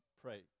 pray